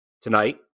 Tonight